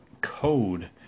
code